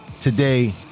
Today